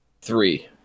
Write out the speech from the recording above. three